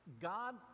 God